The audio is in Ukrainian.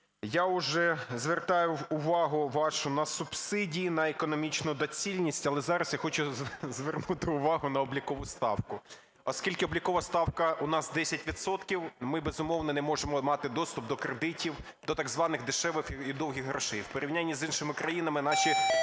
Я уже звертав увагу вашу на субсидії, на економічну доцільність, але зараз я хочу звернути увагу на облікову ставку. Оскільки облікова ставка у нас 10 відсотків, ми, безумовно, не можемо мати доступ до кредитів, до так званих дешевих і довгих грошей. В порівнянні з іншими країнами наші